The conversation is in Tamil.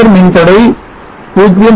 தொடர் மின்தடை 0